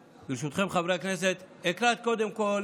ברשותכם, חברי הכנסת, אקרא קודם כול